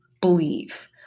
believe